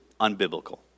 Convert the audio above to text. unbiblical